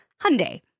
Hyundai